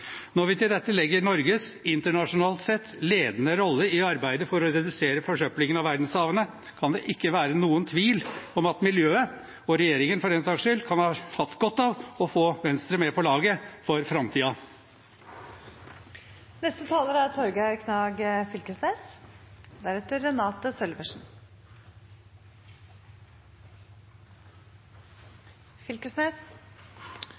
Når vi til dette legger Norges internasjonalt sett ledende rolle i arbeidet for å redusere forsøplingen av verdenshavene, kan det ikke være noen tvil om at miljøet, og regjeringen for den saks skyld, kan ha hatt godt av å få Venstre med på laget – for framtiden. Vi er